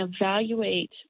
evaluate